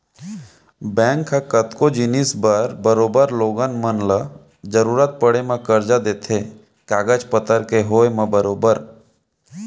bank ह कतको जिनिस बर बरोबर लोगन मन ल जरुरत पड़े म करजा देथे कागज पतर के होय म बरोबर